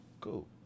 cool